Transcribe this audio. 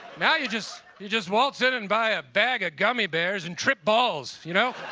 now you just you just waltz in and buy a bag of gummy bears and trip balls, you know?